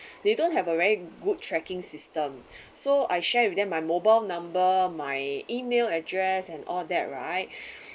they don't have a very good tracking system so I share with them my mobile number my email address and all that right